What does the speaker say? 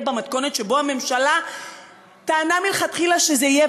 במתכונת שבה הממשלה טענה מלכתחילה שזה יהיה.